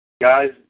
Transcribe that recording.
Guys